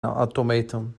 automaton